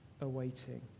awaiting